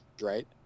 right